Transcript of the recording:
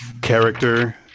character